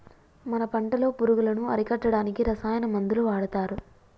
మన పంటలో పురుగులను అరికట్టడానికి రసాయన మందులు వాడతారు